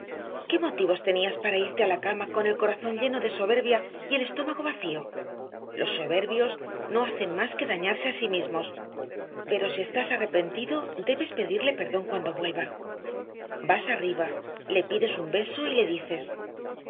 qué motivos tenías para irte a la cama con el corazón lleno de soberbia y el estómago vacío los soberbios no hacen más que dañarse a sí mismos pero si estás arrepentido debes pedirle perdón cuando vuelva vas arriba le pides un beso y le dices